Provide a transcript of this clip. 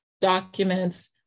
documents